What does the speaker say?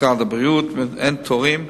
משרד הבריאות, אין תורים.